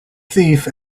thief